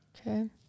okay